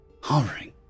hovering